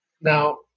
Now